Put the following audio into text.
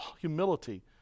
humility